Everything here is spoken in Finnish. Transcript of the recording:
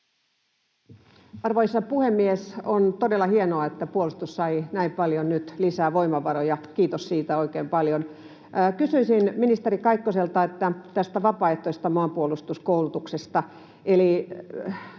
Arvoisa puhemies! On todella hienoa, että puolustus sai näin paljon nyt lisää voimavaroja. Kiitos siitä oikein paljon. Kysyisin ministeri Kaikkoselta vapaaehtoisesta maanpuolustuskoulutuksesta.